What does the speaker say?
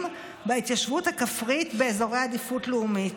בהתיישבות הכפרית באזורי עדיפות לאומית,